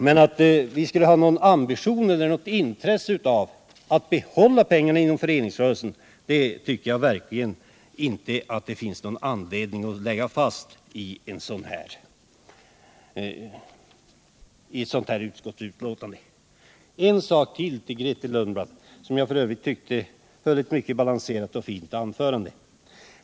Men att vi skulle ha någon ambition eller något intresse av att behålla pengarna inom förenings rörelsen tycker jag verkligen inte att det finns någon anledning att lägga fast i ett utskottsbetänkande. Jag har ytterligare en sak att säga till Grethe Lundblad, som jag f. ö. tyckte höll ett mycket balanserat och fint anförande.